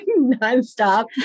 nonstop